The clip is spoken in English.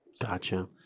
Gotcha